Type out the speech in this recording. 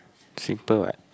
simple what